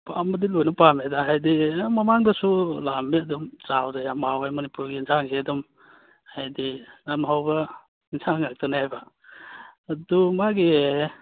ꯄꯥꯝꯕꯗꯤ ꯂꯣꯏꯅ ꯄꯥꯝꯃꯤꯗ ꯍꯥꯏꯗꯤ ꯑ ꯃꯃꯥꯡꯗꯁꯨ ꯂꯥꯛꯑꯝꯃꯦ ꯑꯗꯨꯝ ꯆꯥꯕꯗ ꯌꯥꯝ ꯍꯥꯎꯋꯦ ꯃꯅꯤꯄꯨꯔꯒꯤ ꯌꯦꯟꯁꯥꯡꯁꯦ ꯑꯗꯨꯝ ꯍꯥꯏꯗꯤ ꯌꯥꯝ ꯍꯥꯎꯕ ꯌꯦꯟꯁꯥꯡ ꯉꯥꯛꯇꯅꯦꯕ ꯑꯗꯨ ꯃꯥꯒꯤ